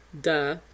Duh